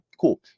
cool